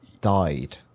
died